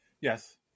Yes